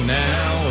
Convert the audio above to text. now